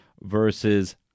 versus